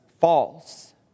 false